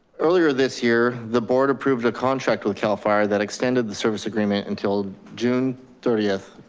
earlier this year, the board approved a contract with cal fire that extended the service agreement until june thirtieth,